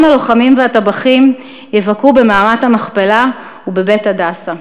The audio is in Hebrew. הלוחמים והטבחים יבקרו במערת-המכפלה וב"בית הדסה".